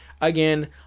Again